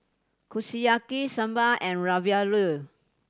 Kushiyaki Sambar and Ravioli